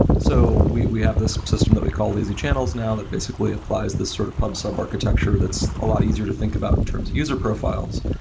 so we we have this system that we call lazy channels now that basically applies this sort of pub sub architecture that's a lot easier to think about in terms of user profiles,